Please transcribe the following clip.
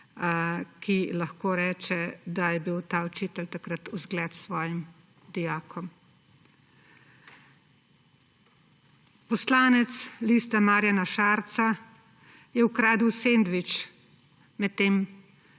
ki lahko reče, da je bil ta učitelj takrat vzgled svojim dijakom. Poslanec Liste Marjana Šarca je ukradel sendvič, preden